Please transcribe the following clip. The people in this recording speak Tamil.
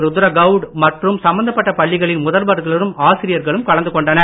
ருத்ரே கவுட் மற்றும் சம்பந்தப்பட்ட பள்ளிகளின் முதல்வர்களும் ஆசிரியர்களும் கலந்து கொண்டனர்